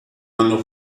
anno